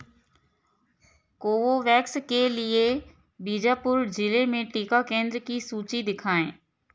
Covovax के लिए बीजापुर जिले में टीका केंद्र की सूची दिखाएँ